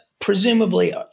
Presumably